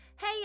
Hey